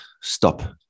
stop